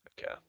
Okay